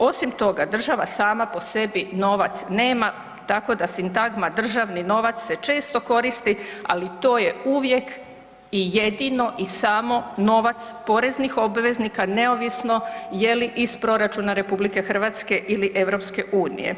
Osim toga država sama po sebi novac nema, tako da sintagma državni novac se često koristi, ali to je uvijek i jedino i samo novac poreznih obveznika neovisno je li iz proračuna RH ili EU.